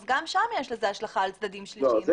גם שם יש לזה השלכה על צדדים שלישיים.